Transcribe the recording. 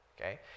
okay